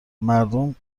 مردم